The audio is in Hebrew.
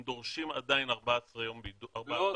הם דורשים עדין 14 יום בידוד -- לא,